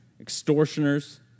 extortioners